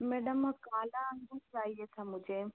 madam काला अंगूर चाहिए था मुझे